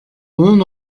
bunun